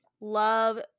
love